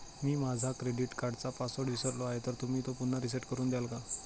मी माझा क्रेडिट कार्डचा पासवर्ड विसरलो आहे तर तुम्ही तो पुन्हा रीसेट करून द्याल का?